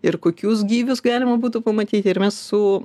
ir kokius gyvius galima būtų pamatyti ir mes su